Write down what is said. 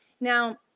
Now